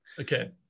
Okay